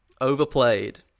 overplayed